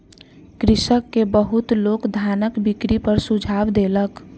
कृषक के बहुत लोक धानक बिक्री पर सुझाव देलक